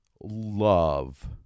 love